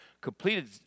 completed